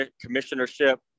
commissionership